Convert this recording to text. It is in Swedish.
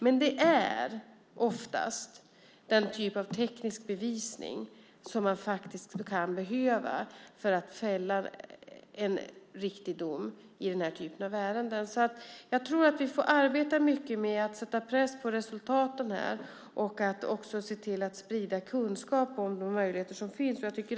Men det är oftast den typ av teknisk bevisning som man kan behöva för att avkunna en riktig dom i den här typen av ärenden. Jag tror alltså att vi får arbeta mycket med att sätta press på resultat här och också se till att sprida kunskap om de möjligheter som finns.